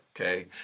Okay